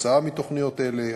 כתוצאה מתוכניות אלה,